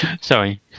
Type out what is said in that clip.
Sorry